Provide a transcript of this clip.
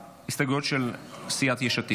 ההסתייגות של סיעת יש עתיד,